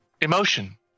Emotion